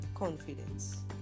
Confidence